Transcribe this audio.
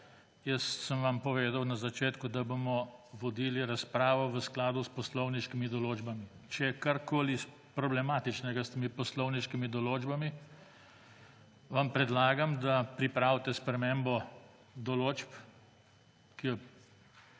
Jaz sem vam povedal na začetku, da bomo vodili razpravo v skladu s poslovniškimi določbami. Če je karkoli problematičnega s temi poslovniškimi določbami, vam predlagam, da pripravite spremembo določb, ki se